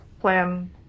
plan